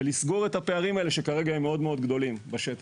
ולסגור את הפערים האלה שכרגע הם מאוד-מאוד גדולים בשטח.